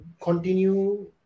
continue